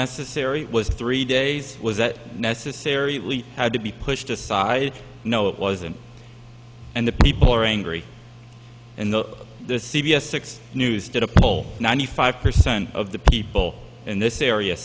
necessary it was three days was it necessary really had to be pushed aside no it wasn't and the people are angry and not the c b s six news did a poll ninety five percent of the people in this area